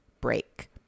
Break